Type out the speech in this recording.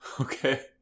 Okay